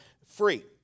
free